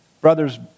brother's